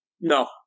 No